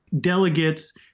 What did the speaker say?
delegates